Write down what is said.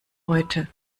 heute